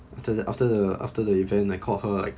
after the after the after the event I called her like